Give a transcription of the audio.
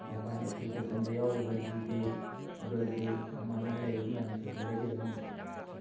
mobile ꯑꯦꯄ꯭ꯂꯤꯀꯦꯁꯟꯗ ꯌꯥꯎꯔꯤꯕ G Pay Google Pay ꯑꯃ ꯑꯃ ꯂꯩꯔꯤꯕ ꯃꯌꯥꯝꯁꯤꯡꯁꯤꯗꯒꯤ ꯑꯗꯨꯝ